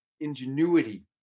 ingenuity